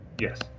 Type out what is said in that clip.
Yes